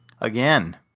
again